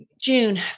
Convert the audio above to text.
June